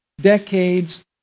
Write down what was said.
decades